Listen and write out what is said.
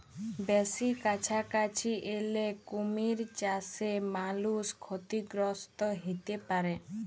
বেসি কাছাকাছি এলে কুমির চাসে মালুষ ক্ষতিগ্রস্ত হ্যতে পারে